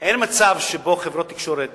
אין מצב שבו חברות תקשורת